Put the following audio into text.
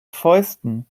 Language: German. fäusten